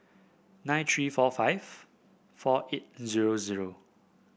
nine three four five four eight zero zero